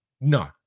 No